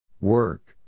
Work